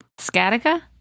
Scatica